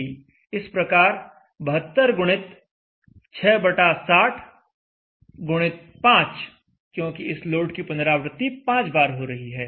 इस प्रकार 72 गुणित 6 बटा 60 गुणित 5 क्योंकि इस लोड की पुनरावृत्ति 5 बार हो रही है